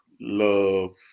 love